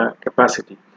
capacity